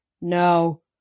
No